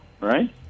right